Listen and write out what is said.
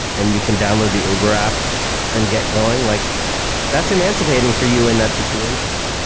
and you can download the uber app and get going. like that's emancipating for you in that situation.